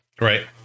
Right